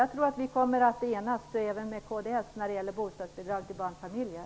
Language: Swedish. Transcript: Jag tror att vi kommer att enas även med kds när det gäller bostadsbidrag till barnfamiljer.